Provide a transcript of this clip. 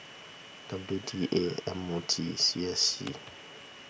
W D A M O T C S C